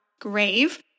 Grave